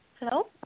Hello